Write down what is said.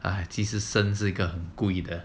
!aiya! 其实生这是很贵的